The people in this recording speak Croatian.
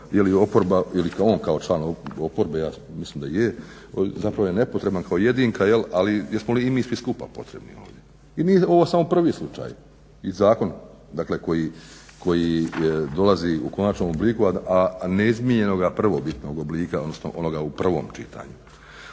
je Kerum rekao ili on kao član oporbe, mislim da je, zapravo je nepotreban kao jedinka ali jesmo li mi svi skupa potrebni ovdje? I nije ovo samo prvi slučaj. I zakon koji dolazi u konačnom obliku a neizmijenjenog prvobitnog oblika odnosno onoga u prvom čitanju.